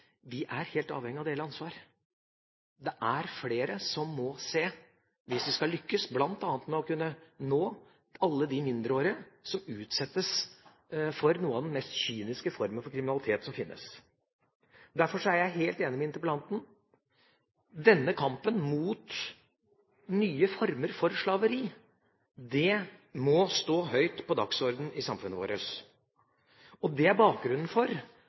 vi er helt avhengig av det å dele ansvar. Det er flere som må se, hvis vi skal lykkes med bl.a. å nå alle de mindreårige som utsettes for en av de mest kyniske formene for kriminalitet som finnes. Derfor er jeg helt enig med interpellanten: Denne kampen mot nye former for slaveri må stå høyt på dagsordenen i samfunnet vårt. Det er bakgrunnen for